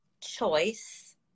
choice